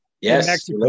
Yes